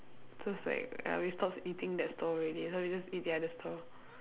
just like uh we stop eating that stall ready so we just eat the other stall